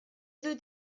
dut